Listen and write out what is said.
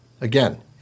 Again